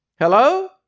Hello